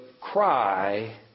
cry